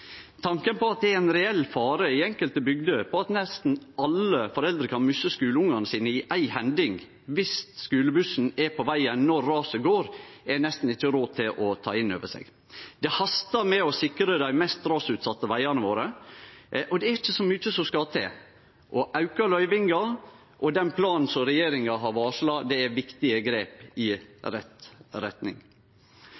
Tanken på at det er ein reell fare i enkelte bygder for at nesten alle foreldre kan misse skuleungane sine i éi hending – dersom skulebussen er på vegen når raset går – er nesten ikkje råd å ta innover seg. Det hastar med å sikre dei mest rasutsette vegane våre, og det er ikkje så mykje som skal til. Auka løyvingar og den planen som regjeringa har varsla, er viktige grep i